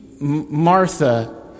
Martha